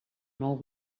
nou